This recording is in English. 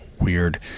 weird